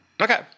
Okay